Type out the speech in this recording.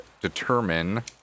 determine